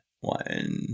one